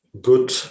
good